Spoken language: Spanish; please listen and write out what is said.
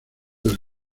del